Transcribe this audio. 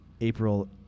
April